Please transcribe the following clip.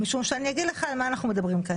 משום שאני אגיד לך על מה אנחנו מדברים כאן.